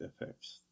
effects